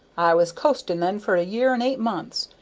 i was coasting then for a year and eight months,